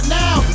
now